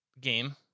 game